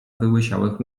wyłysiałych